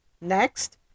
Next